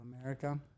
America